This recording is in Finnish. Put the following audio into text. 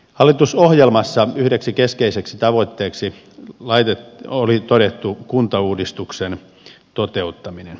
hallitusohjelmassa yhdeksi keskeiseksi tavoitteeksi oli todettu kuntauudistuksen toteuttaminen